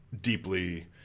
deeply